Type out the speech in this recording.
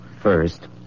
First